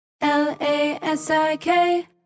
L-A-S-I-K